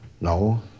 No